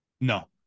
no